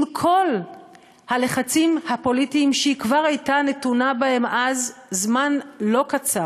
עם כל הלחצים הפוליטיים שהיא כבר הייתה נתונה בהם אז זמן לא קצר.